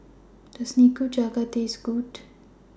Does Nikujaga Taste Good